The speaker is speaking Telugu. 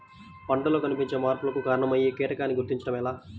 పంటలలో కనిపించే మార్పులకు కారణమయ్యే కీటకాన్ని గుర్తుంచటం ఎలా?